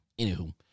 Anywho